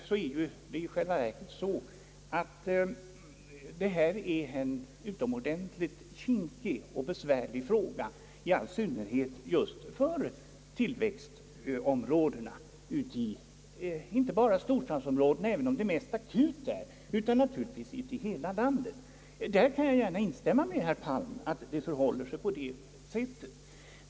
Sedan är naturligtvis denna fråga utomordentligt kinkig och besvärlig, i all synnerhet just för tillväxtområdena — inte bara storstadsområdena, även om problemet är mest akut där, utan i hela landet. Jag kan gärna instämma med herr Palm i det avseendet.